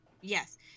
Yes